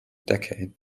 decade